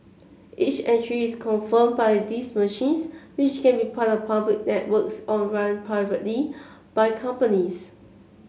each entry is confirmed by these machines which can be part of public networks or run privately by companies